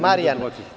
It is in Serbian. Marijan.